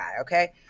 okay